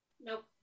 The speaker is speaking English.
Nope